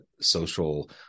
social